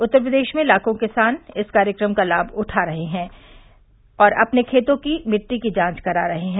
उत्तर प्रदेश में लाखों किसान इस कार्यक्रम का लाभ उठा रहे हैं और अपने खेतों की मिट्टी की जांच करा रहे हैं